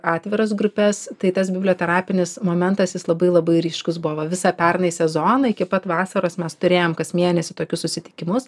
atviras grupes tai tas biblioterapinis momentas jis labai labai ryškus buvo visą pernai sezoną iki pat vasaros mes turėjom kas mėnesį tokius susitikimus